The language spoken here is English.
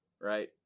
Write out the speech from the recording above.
right